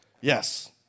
Yes